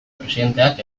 presidenteak